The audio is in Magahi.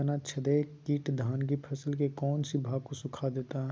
तनाछदेक किट धान की फसल के कौन सी भाग को सुखा देता है?